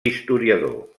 historiador